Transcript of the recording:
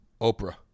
Oprah